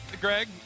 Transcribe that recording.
Greg